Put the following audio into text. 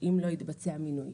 אם לא התבצע מינוי.